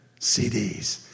CDs